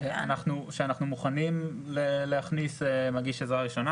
--- אנחנו מוכנים להכניס מגיש עזרה ראשונה.